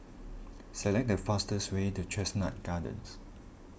select the fastest way to Chestnut Gardens